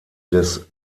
des